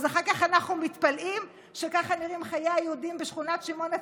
אז אחר כך אנחנו מתפלאים שככה נראים חיי היהודים בשכונת שמעון הצדיק?